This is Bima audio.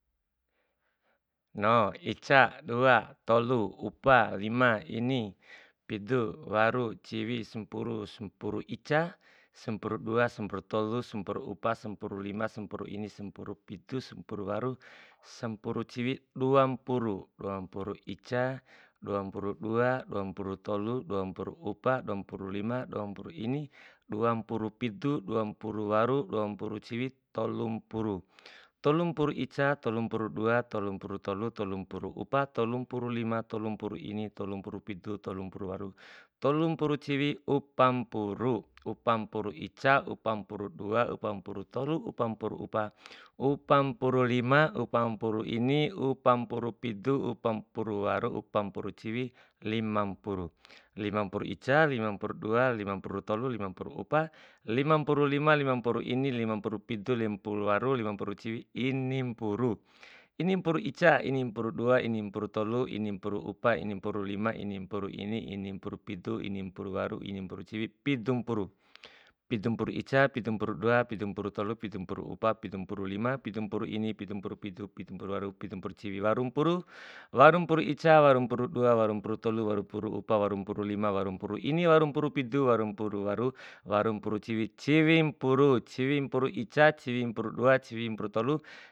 No, ica, dua, tolu, upa, lima, ini, pidu, waru, ciwi, sampuru, sampuru ica, sampuru dua, sampuru tolu, sampuru upa, sampuru lima, ampuru ini, sampuru pidu, sampuru waru, sampuru ciwi, duapuru, duapuru ica, duapuru dua, duapuru tolu, duapuru upa, duapuru lima, duapuru ini, duapuru pidu, duapuru waru, duapuru ciwi, tolumpuru, tolumpuru ica, tolumpuru dua, tolumpuru tolu, tolumpuru upa, tolumpuru lima, tolumpuru ini, tolumpuru pidu, tolumpuru waru, tolumpuru ciwi, umpampuru, umpampuru ica, umpampuru dua, umpampuru tolu, umpampuru upa, umpampuru lima, umpampuru ini, umpampuru pidu, umpampuru waru, umpampuru ciwi, limampuru, limampuru ica, limampuru dua, limampuru tolu, limampuru upa, limampuru lima, limampuru ini, limampuru pidu, limampuru waru, limampuru ciwi, inimpuru, inimpuru ica, inimpuru dua, inimpuru tolu, inimpuru upa, inimpuru lima, inimpuru ini, inimpuru pidu, inimpuru waru, inimpuru ciwi, pidumpuru, pidumpuru ica, pidumpuru dua, pidumpuru tolu, pidumpuru upa, pindumpuru lima, pidumpuru ini, pidumpuru pidu, pidumpuru waru, pidumpuru ciwi, warumpuru, warumpuru ica, warumpuru dua, warumpuru tolu, warumpuru upa, warumpuru lima, warumpuru ini, warumpuru pidu, warumpuru waru, warumpuru ciwi, ciwimpuru, ciwimpuru ica, ciwimpuru dua, ciwimpuru tolu.